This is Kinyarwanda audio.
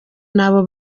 n’abo